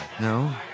No